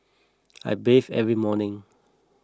I bathe every morning